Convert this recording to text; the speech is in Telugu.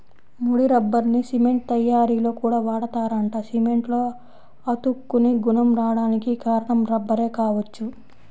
ముడి రబ్బర్ని సిమెంట్ తయ్యారీలో కూడా వాడతారంట, సిమెంట్లో అతుక్కునే గుణం రాడానికి కారణం రబ్బరే గావచ్చు